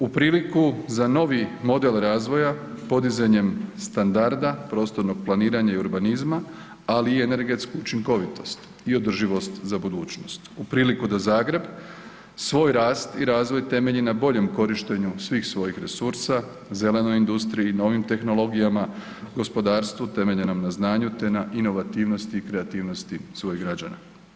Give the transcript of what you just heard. U priliku za novi model razvoja podizanjem standarda, prostornog planiranja i urbanizma, ali i energetsku učinkovitost i održivost za budućnost, u priliku da Zagreb svoj rast i razvoj temelji na boljem korištenju svih svojih resursa, zelenoj industriji i novim tehnologijama, gospodarstvu utemeljenom na znanju, te na inovativnosti i kreativnosti svojih građana.